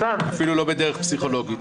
אפילו לא בדרך פסיכולוגית,